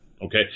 Okay